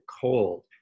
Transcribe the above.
cold